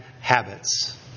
habits